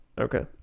Okay